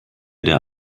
der